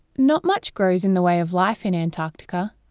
not much grows in the way of life in antarctica.